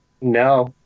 No